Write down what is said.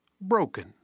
broken